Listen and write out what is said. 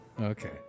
Okay